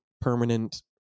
permanent